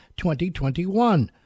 2021